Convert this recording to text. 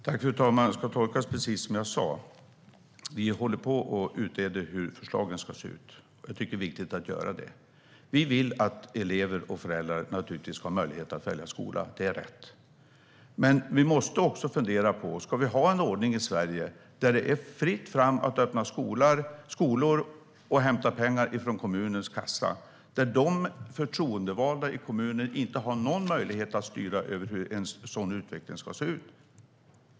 Fru talman! Det ska tolkas precis som jag sa. Vi håller på och utreder hur förslagen ska se ut. Jag tycker att det är viktigt att göra det. Vi vill naturligtvis att elever och föräldrar ska ha möjlighet att välja skola. Det är rätt. Men vi måste också fundera på: Ska vi ha en ordning i Sverige där det är fritt fram att öppna skolor och hämta pengar från kommunens kassa, och där de förtroendevalda i kommunen inte har någon möjlighet att styra över hur utvecklingen ska se ut?